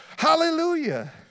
Hallelujah